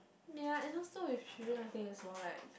ya and also with children I think is more like